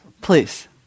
please